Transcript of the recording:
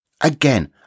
Again